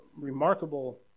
remarkable